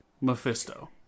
Mephisto